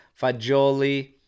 Fajoli